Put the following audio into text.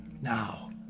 now